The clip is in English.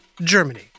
Germany